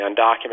undocumented